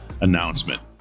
announcement